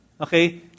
Okay